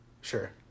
Sure